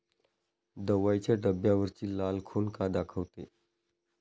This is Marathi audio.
दवाईच्या डब्यावरची लाल खून का दाखवते?